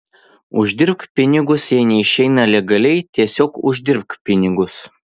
uždirbk pinigus jei neišeina legaliai tiesiog uždirbk pinigus